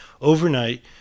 overnight